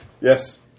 Yes